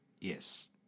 Yes